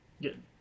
Good